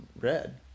Red